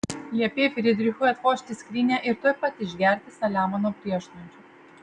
liepei frydrichui atvožti skrynią ir tuoj pat išgerti saliamono priešnuodžių